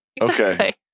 Okay